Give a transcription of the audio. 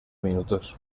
minutos